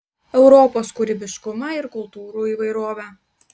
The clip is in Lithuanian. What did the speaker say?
europos kūrybiškumą ir kultūrų įvairovę